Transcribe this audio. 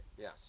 Yes